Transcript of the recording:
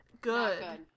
good